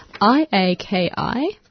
I-A-K-I